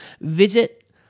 Visit